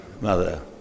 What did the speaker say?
mother